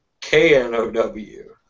K-N-O-W